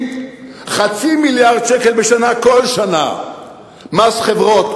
חצי מיליארד שקל בשנה כל שנה מורידים מס חברות.